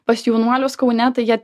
pas jaunuolius kaune tai jie